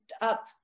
up